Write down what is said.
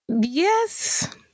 Yes